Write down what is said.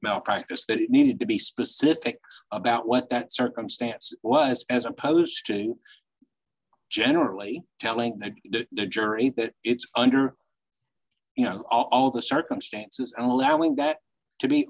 malpractise that it needed to be specific about what that circumstance was as opposed to generally telling the jury that it's under you know all the circumstances and allowing that to be